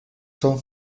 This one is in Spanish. son